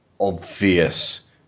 obvious